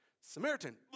Samaritan